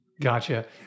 Gotcha